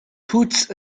puts